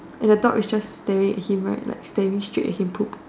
and the dog is just staring at him right like staring straight at him poop